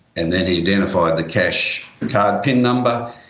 and then he identified the cashcard pin number,